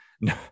no